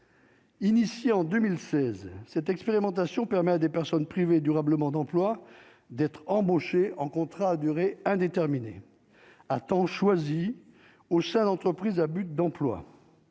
Initié en 2016 cette expérimentation permet à des personnes privées durablement d'emploi d'être embauchés en contrat à durée indéterminée à temps choisi au sein de l'entreprise à but d'emploi